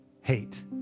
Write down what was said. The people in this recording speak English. hate